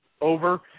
over